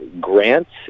grants